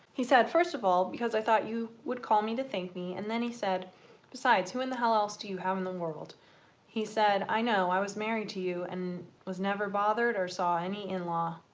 he said first of all because i thought you would call me to thank me and then he said besides who in the hell else do you have in the world he said i know, i was married to you and was never bothered or saw any in-law.